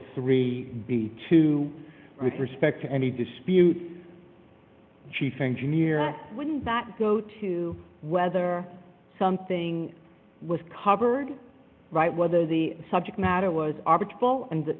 three b two with respect to any dispute the chief engineer wouldn't go to whether something was covered right whether the subject matter was and